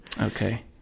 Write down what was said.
okay